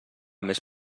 més